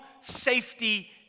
safety